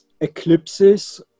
eclipses